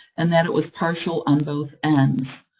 and that it was partial on both ends.